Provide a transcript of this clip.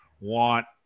want